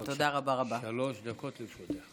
בבקשה, שלוש דקות לרשותך.